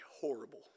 horrible